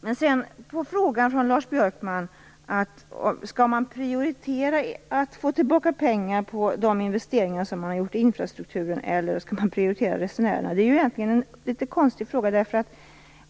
Lars Björkman frågar om man skall prioritera att få tillbaka pengar på de investeringar man har gjort i infrastrukturen eller om man skall prioritera resenärerna. Det är egentligen en litet konstig fråga.